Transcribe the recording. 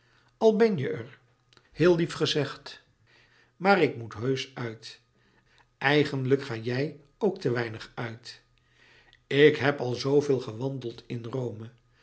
al ben je er heel lief gezegd maar ik moet heusch uit eigenlijk ga jij ook te weinig uit ik heb al zooveel gewandeld in rome